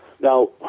Now